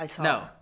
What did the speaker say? No